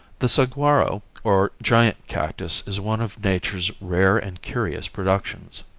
the saguaro, or giant cactus, is one of nature's rare and curious productions.